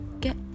get